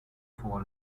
for